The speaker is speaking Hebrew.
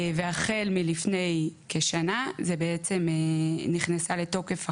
והחל מלפני כשנה נכנסה לתוקף החובה,